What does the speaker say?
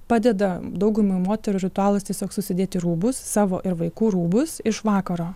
padeda daugumai moterų ritualas tiesiog susidėti rūbus savo ir vaikų rūbus iš vakaro